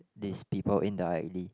these people indirectly